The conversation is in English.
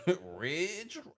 Ridge